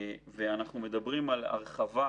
אנחנו מדברים על הרחבה,